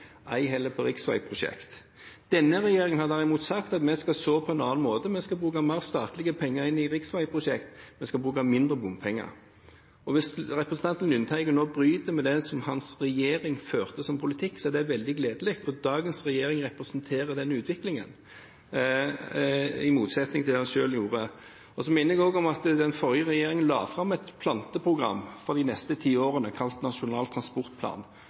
ei heller på riksveiprosjekt. Denne regjeringen har derimot sagt at vi skal så på en annen måte. Vi skal bruke mer statlige penger inn i riksveiprosjekt. Vi skal bruke mindre bompenger. Hvis representanten Lundteigen nå bryter med den politikken den forrige regjering førte, er det veldig gledelig, for dagens regjering representerer den utviklingen – i motsetning til hva hans egen gjorde. Jeg minner også om at den forrige regjeringen la fram et planteprogram for de neste ti årene, kalt Nasjonal transportplan,